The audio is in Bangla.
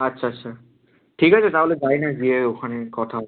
আচ্ছা আচ্ছা ঠিক আছে তাহলে যাই না গিয়ে ওখানে কথা